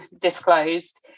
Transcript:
disclosed